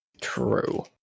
true